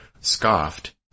scoffed